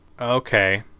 Okay